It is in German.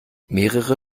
mehrere